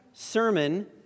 sermon